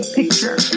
picture